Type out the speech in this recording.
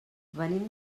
venim